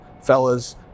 fellas